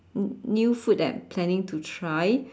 n~ new food that I'm planning to try